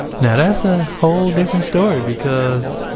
now, that's a whole different story because,